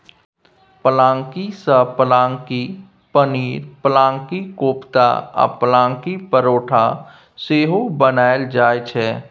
पलांकी सँ पलांकी पनीर, पलांकी कोपता आ पलांकी परौठा सेहो बनाएल जाइ छै